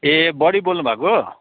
ए बडी बोल्नुभएको हो